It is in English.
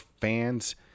fans